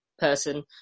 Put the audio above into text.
person